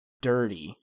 dirty